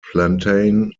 plantain